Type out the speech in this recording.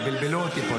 בלבלו אותי פה.